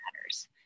matters